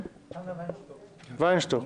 וינשטוק.